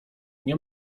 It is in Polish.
nie